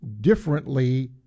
differently